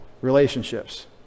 relationships